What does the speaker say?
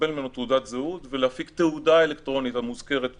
לקבל ממנו תעודת-זהות ולהפיק תעודה אלקטרונית המוזכרת פה.